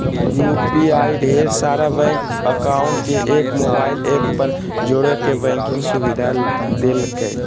UPI ढेर सारा bank account के एक मोबाइल ऐप पर जोड़े के बैंकिंग सुविधा देलकै